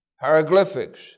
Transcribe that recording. Hieroglyphics